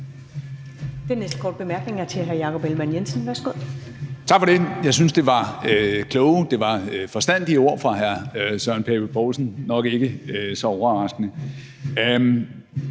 Tak for det. Jeg synes, det var kloge og forstandige ord fra hr. Søren Pape Poulsen – nok ikke så overraskende.